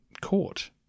court